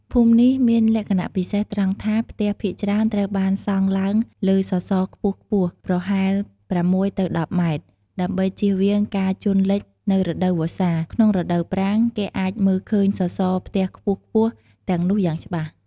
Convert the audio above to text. ភូមិនេះមានលក្ខណៈពិសេសត្រង់ថា ផ្ទះភាគច្រើនត្រូវបានសង់ឡើងលើសសរខ្ពស់ៗ ប្រហែល ៦ ទៅ ១០ ម៉ែត្រ ដើម្បីជៀសវាងការជន់លិចនៅរដូវវស្សា។ ក្នុងរដូវប្រាំង គេអាចមើលឃើញសសរផ្ទះខ្ពស់ៗទាំងនោះយ៉ាងច្បាស់។